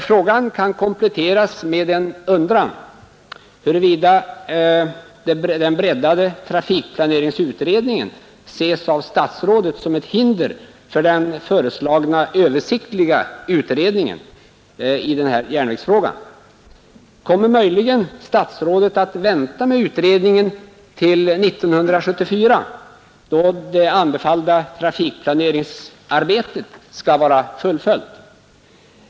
Frågan kan kompletteras med en undran huruvida den breddade trafikplaneringsutredningen ses av statsrådet som ett hinder för den föreslagna översiktliga utredningen i den här järnvägsfrågan. Kommer möjligen statsrådet att vänta med utredningen till 1974, då det anbefallda trafikplaneringsarbetet skall vara fullföljt?